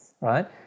right